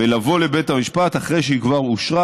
ולבוא לבית המשפט אחרי שהיא כבר אושרה,